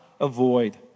avoid